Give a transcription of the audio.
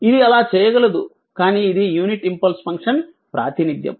ఇది అలా చేయగలదు కానీ ఇది యూనిట్ ఇంపల్స్ ఫంక్షన్ ప్రాతినిధ్యం